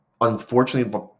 unfortunately